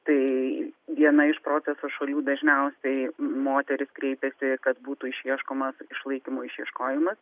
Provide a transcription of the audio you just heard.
tai viena iš proceso šalių dažniausiai moteris kreipėsi kad būtų išieškomas išlaikymo išieškojimas